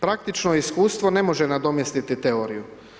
Praktično iskustvo ne može nadomjestiti teoriju.